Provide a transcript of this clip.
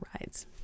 rides